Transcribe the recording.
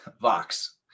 Vox